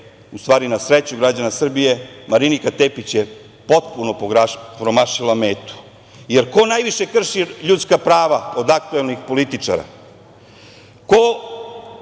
u stvari na sreću građana Srbije, Marinika Tepić je potpuno promašila metu. Jer, ko najviše krši ljudska prava od aktuelnih političara? Ko